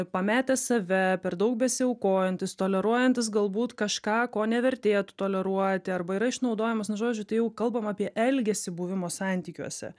pametęs save per daug besiaukojantis toleruojantis galbūt kažką ko nevertėtų toleruoti arba yra išnaudojamas nu žodžiu tai jau kalbam apie elgesį buvimo santykiuose